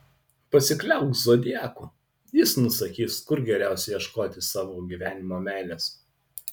pasikliauk zodiaku jis nusakys kur geriausia ieškoti savo gyvenimo meilės